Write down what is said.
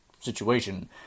situation